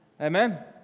Amen